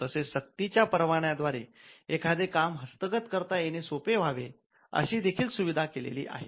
तसेच सक्तीच्या परवान्यांद्वारे एखादे काम हस्तगत करता येणे सोप्पे व्हावे अशी देखील सुविधा केलेली आहे